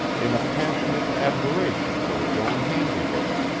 in a passionate admiration for his own handiwork.